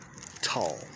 tall